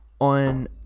on